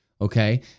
okay